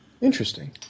Interesting